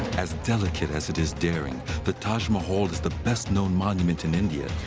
as delicate as it is daring, the taj mahal is the best known monument in india,